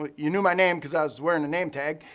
ah you knew my name cause i was wearing a name tag.